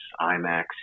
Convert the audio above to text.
IMAX